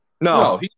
No